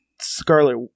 Scarlet